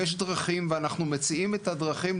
יש דרכים ואנחנו מציעים את הדרכים,